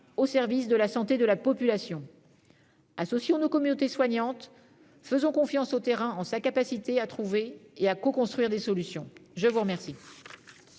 au service de la santé de la population. Associons nos communautés soignantes ; faisons confiance au terrain, en sa capacité à trouver et à coconstruire des solutions. La parole